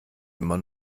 immer